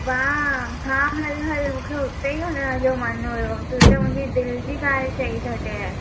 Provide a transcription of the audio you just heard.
वाह हा हल हल मूंखे उते ई हलण जो मन हुयो तूं त मुंहिंजी दिलि जी ॻाल्हि चई छॾियईं